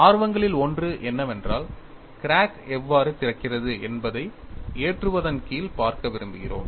ஆர்வங்களில் ஒன்று என்னவென்றால் கிராக் எவ்வாறு திறக்கிறது என்பதை ஏற்றுவதன் கீழ் பார்க்க விரும்புகிறோம்